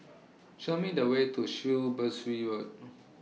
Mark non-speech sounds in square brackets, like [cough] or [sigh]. Show Me The Way to [unintelligible] Road